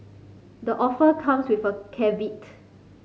the offer comes with a caveat